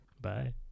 bye